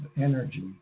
energy